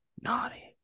naughty